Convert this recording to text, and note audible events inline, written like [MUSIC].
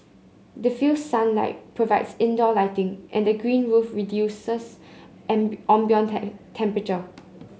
diffused sunlight provides indoor lighting and the green roof reduces [UNINTELLIGIBLE] ambient temperature